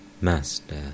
Master